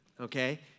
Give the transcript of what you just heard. okay